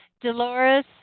Dolores